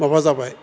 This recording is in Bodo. माबा जाबाय